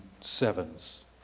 sevens